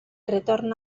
retorn